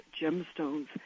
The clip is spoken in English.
gemstones